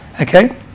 Okay